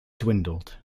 dwindled